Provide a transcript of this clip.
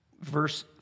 verse